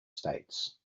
states